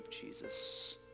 Jesus